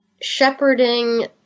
shepherding